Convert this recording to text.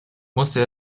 musste